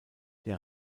der